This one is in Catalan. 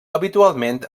habitualment